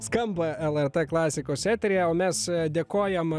skamba lrt klasikos eteryje o mes dėkojam